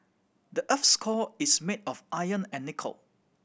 the earth's core is made of iron and nickel